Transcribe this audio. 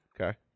Okay